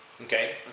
Okay